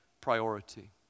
priority